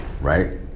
right